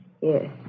Yes